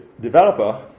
developer